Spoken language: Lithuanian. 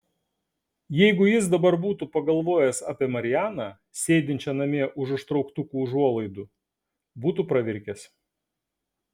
jeigu jis dabar būtų pagalvojęs apie marianą sėdinčią namie už užtrauktų užuolaidų būtų pravirkęs